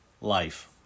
life